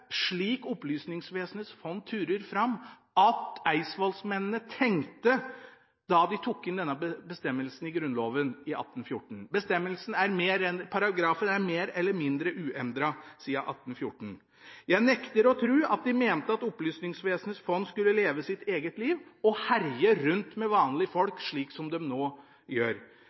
Opplysningsvesenets fond skulle ture fram slik, da de tok inn denne bestemmelsen i Grunnloven i 1814. Paragrafen er mer eller mindre uendret siden 1814. Jeg nekter å tru at de mente at Opplysningsvesenets fond skulle leve sitt eget liv og herje rundt med vanlige folk, slik de nå gjør.